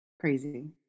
crazy